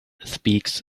speaks